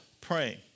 praying